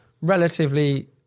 relatively